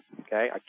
Okay